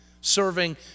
serving